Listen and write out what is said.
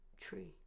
Tree